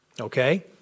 Okay